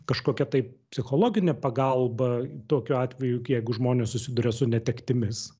kažkokia taip psichologinė pagalba tokiu atveju juk jeigu žmonės susiduria su netektimis